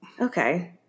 Okay